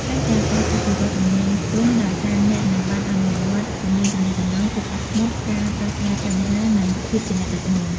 ថែមទាំងអាចអភិវឌ្ឍជំនាញទន់ ដោយសារអ្នកនឹងបានអនុវត្តជំនាញទំនាក់ទំនង ភាពអត់ធ្មត់ ការដោះស្រាយបញ្ហា និងភាពជាអ្នកដឹកនាំ។